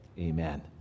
amen